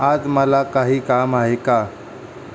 आज मला काही काम आहे का